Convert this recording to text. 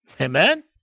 Amen